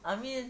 I mean